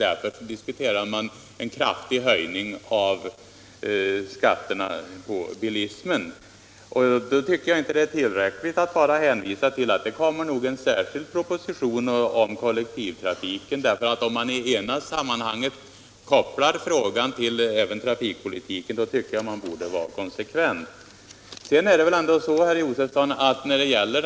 Då tycker jag inte att det är tillräckligt att hänvisa till att det nog kommer en särskild proposition om kollektivtrafiken. Om man i det ena sammanhanget kopplar frågan till trafikpolitiken, tycker jag man borde vara konsekvent och göra det också i det andra sammanhanget.